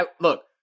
look